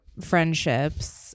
friendships